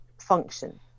function